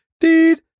deed